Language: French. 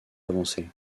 avancées